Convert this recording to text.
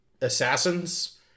assassins